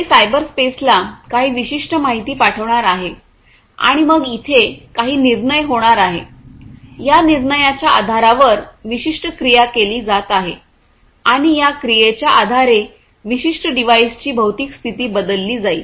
ते सायबरस्पेसला काही विशिष्ट माहिती पाठवणार आहे आणि मग इथे काही निर्णय होणार आहे या निर्णयाच्या आधारावर विशिष्ट क्रिया केली जात आहे आणि या क्रियेच्या आधारे विशिष्ट डिव्हाइसची भौतिक स्थिती बदलली जाईल